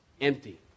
empty